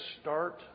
start